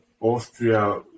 Austria